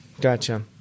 gotcha